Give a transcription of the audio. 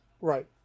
Right